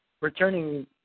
returning